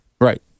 Right